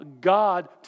God